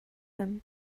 him